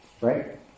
right